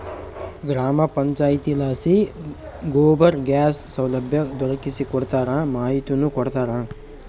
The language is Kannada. ಗ್ರಾಮ ಪಂಚಾಯಿತಿಲಾಸಿ ಗೋಬರ್ ಗ್ಯಾಸ್ ಸೌಲಭ್ಯ ದೊರಕಿಸಿಕೊಡ್ತಾರ ಮಾಹಿತಿನೂ ಕೊಡ್ತಾರ